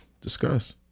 discuss